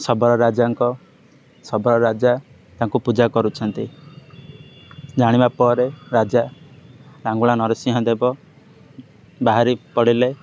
ଶବର ରାଜାଙ୍କ ଶବର ରାଜା ତାଙ୍କୁ ପୂଜା କରୁଛନ୍ତି ଜାଣିବା ପରେ ରାଜା ଲାଙ୍ଗୁଳା ନରସିଂହ ଦେବ ବାହାରି ପଡ଼ିଲେ